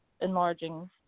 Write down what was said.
enlarging